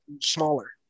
smaller